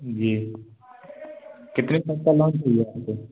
जी कितने तक का लोन चाहिए आपको फिर